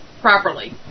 properly